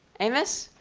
amus,